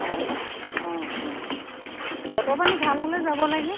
অঁ অঁ অঁ বতৰ পানী ভাল হ'লে যাব লাগে